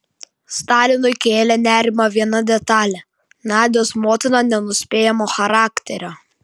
stalinui kėlė nerimą viena detalė nadios motina nenuspėjamo charakterio